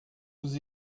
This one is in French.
vous